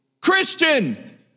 Christian